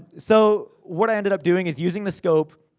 so, what i ended up doing, is using the scope,